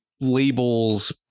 labels